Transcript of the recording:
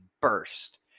burst